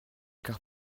car